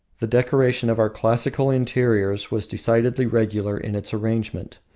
the decoration of our classical interiors was decidedly regular in its arrangement.